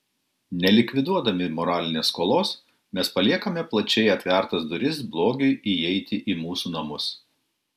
nelikviduodami moralinės skolos mes paliekame plačiai atvertas duris blogiui įeiti į mūsų namus